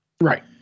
Right